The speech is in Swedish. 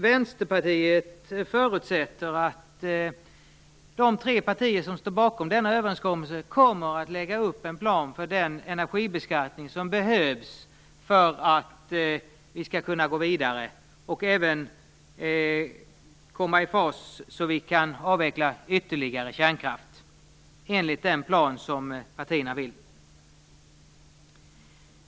Vänsterpartiet förutsätter att de tre partier som står bakom denna överenskommelse kommer att lägga upp en plan för den energibeskattning som behövs för att vi skall kunna gå vidare och även komma i fas så att vi kan avveckla ytterligare kärnkraft enligt den plan som partierna önskar.